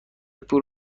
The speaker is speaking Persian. پول